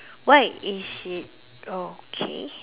why is it okay